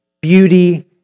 beauty